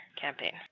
campaign